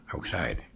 outside